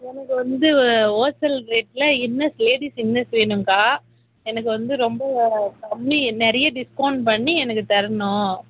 எனக்கு வந்து ஹோல்சேல் ரேட்டில் இன்னர்ஸ் லேடிஸ் இன்னர்ஸ் வேணும் அக்கா எனக்கு வந்து ரொம்ப கம்மி நிறைய டிஸ்கவுண்ட் பண்ணி எனக்கு தரணும்